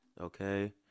Okay